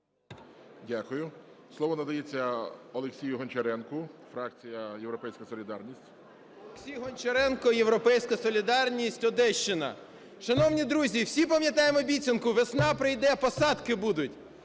Дякую. Слово надається Олексію Гончаренку, фракція "Європейська солідарність". 10:35:29 ГОНЧАРЕНКО О.О. Олексій Гончаренко, "Європейська солідарність", Одещина. Шановні друзі, всі пам'ятаємо обіцянку "весна прийде – посадки будуть"?